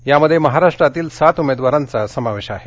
यामध्ये महाराष्ट्रातील सात उमेदवारांचा समावेश आहे